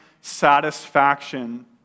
satisfaction